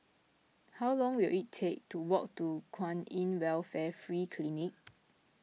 how long will it take to walk to Kwan in Welfare Free Clinic